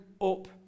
up